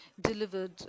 delivered